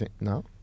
No